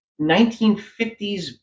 1950s